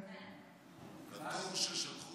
יש תור.